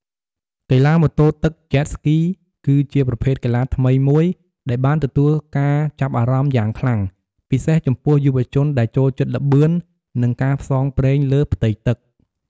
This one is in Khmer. កីឡាម៉ូតូទឹក Jet Ski គឺជាប្រភេទកីឡាថ្មីមួយដែលបានទទួលការចាប់អារម្មណ៍យ៉ាងខ្លាំង ពិសេសចំពោះយុវជនដែលចូលចិត្តល្បឿន និងការផ្សងព្រេងលើផ្ទៃទឹក។